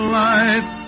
life